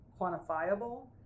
quantifiable